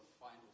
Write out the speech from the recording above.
final